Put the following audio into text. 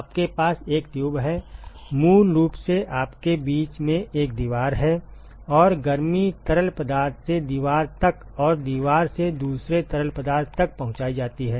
आपके पास एक ट्यूब है मूल रूप से आपके बीच में एक दीवार है और गर्मी तरल पदार्थ से दीवार तक और दीवार से दूसरे तरल पदार्थ तक पहुंचाई जाती है